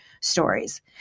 stories